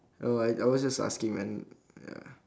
oh I I was just asking man ya